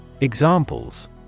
Examples